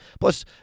plus